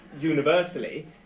universally